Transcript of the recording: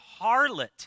harlot